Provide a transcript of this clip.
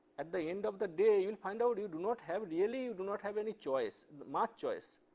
at the end of the day, you will find out, you do not have, really do not have any choice much choice.